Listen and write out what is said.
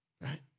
Right